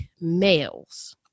males